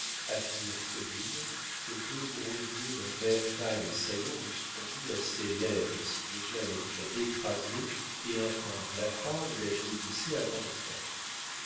à figure commune que deux gros yeux d'un vert pâle et saillants eussent rendue assez laide si déjà les traits écrasés et un teint blafard ne la vieillissaient avant le temps